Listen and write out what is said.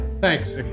thanks